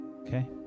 Okay